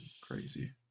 crazy